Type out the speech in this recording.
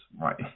right